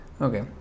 okay